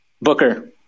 Booker